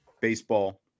baseball